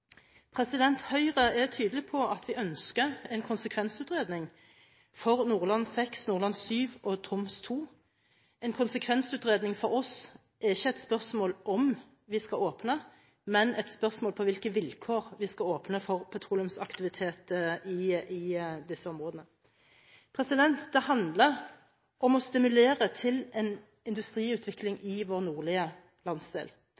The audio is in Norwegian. Troms II. En konsekvensutredning for oss er ikke et spørsmål om vi skal åpne, men et spørsmål om på hvilke vilkår vi skal åpne for petroleumsaktivitet i disse områdene. Det handler om å stimulere til en industriutvikling i vår nordlige landsdel.